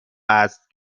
است